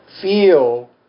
feel